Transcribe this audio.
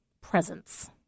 presence